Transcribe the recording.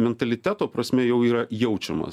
mentaliteto prasme jau yra jaučiamas